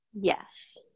Yes